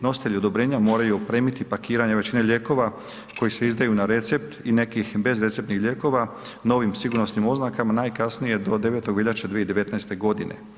Nositelji odobrenja moraju opremiti pakiranje većine lijekova koji se izdaju na recept i nekih bezreceptnih lijekova novim sigurnosnim oznakama najkasnije do 9. veljače 2019. godine.